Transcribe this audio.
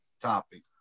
topic